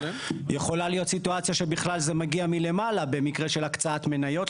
יכולה להיות סיטואציה שבכלל זה מגיע מלמעלה במקרה של הקצאת מניות,